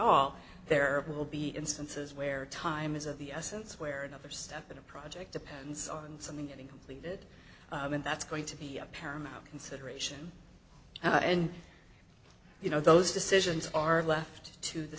all there will be instances where time is of the essence where another step in a project depends on something getting completed and that's going to be a paramount consideration and you know those decisions are left to the